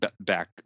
back